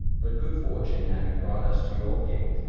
but good fortune having brought us to your gate,